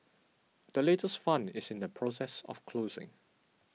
the latest fund is in the process of closing